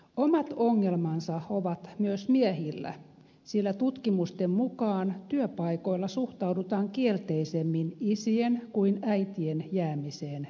omat ongelmansa ovat myös miehillä sillä tutkimusten mukaan työpaikoilla suhtaudutaan kielteisemmin isien kuin äitien jäämiseen perhevapaille